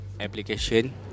Application